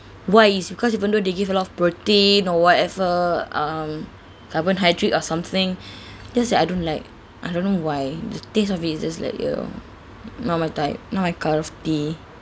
why is because even though they give a lot of protein or whatever um carbohydrates or something just that I don't like I don't know why the taste of it is just like you know not my type not my cup of tea